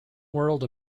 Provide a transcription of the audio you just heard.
world